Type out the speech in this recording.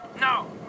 No